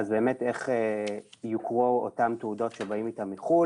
איך יוכרו אותן תעודות שהם באים איתן מחוץ לארץ.